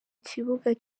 kibuga